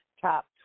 top